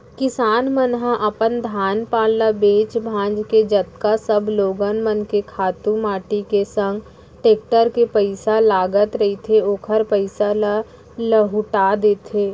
किसान मन ह अपन धान पान ल बेंच भांज के जतका सब लोगन मन के खातू माटी के संग टेक्टर के पइसा लगत रहिथे ओखर पइसा ल लहूटा देथे